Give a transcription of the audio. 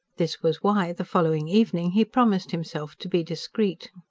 this was why, the following evening, he promised himself to be discreet.